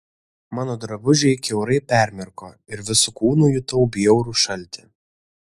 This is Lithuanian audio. mano drabužiai kiaurai permirko ir visu kūnu jutau bjaurų šaltį